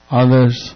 others